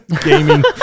gaming